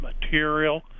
material